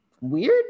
weird